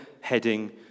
heading